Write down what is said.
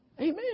Amen